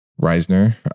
Reisner